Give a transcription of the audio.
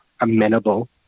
amenable